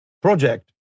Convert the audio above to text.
project